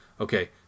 okay